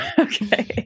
Okay